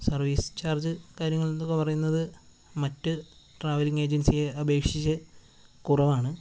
service charge കാര്യങ്ങൾ എന്നൊക്കെ പറയുന്നത് മറ്റു ട്രാവലിങ്ങ് ഏജൻസിയെ അപേക്ഷിച്ച് കുറവാണ്